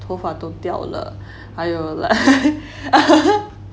头发都掉了还有